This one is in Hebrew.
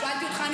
עניתי לך.